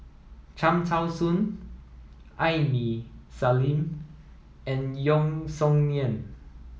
Cham Tao Soon Aini Salim and Yeo Song Nian